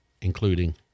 including